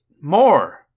more